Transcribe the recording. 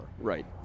Right